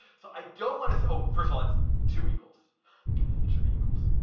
so i don't want to so oh, first of all, that's two equals. that should be equals.